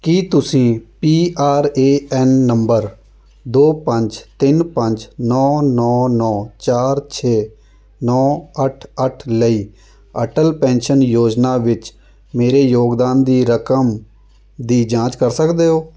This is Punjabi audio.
ਕੀ ਤੁਸੀਂ ਪੀ ਆਰ ਏ ਐੱਨ ਨੰਬਰ ਦੋ ਪੰਜ ਤਿੰਨ ਪੰਜ ਨੌ ਨੌ ਨੌ ਚਾਰ ਛੇ ਨੌ ਅੱਠ ਅੱਠ ਲਈ ਅਟੱਲ ਪੈਨਸ਼ਨ ਯੋਜਨਾ ਵਿੱਚ ਮੇਰੇ ਯੋਗਦਾਨ ਦੀ ਰਕਮ ਦੀ ਜਾਂਚ ਕਰ ਸਕਦੇ ਹੋ